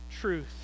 truth